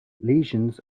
lesions